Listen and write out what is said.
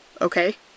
okay